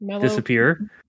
disappear